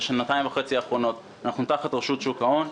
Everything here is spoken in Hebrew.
בשנתיים וחצי האחרונות אנחנו תחת רשות שוק ההון.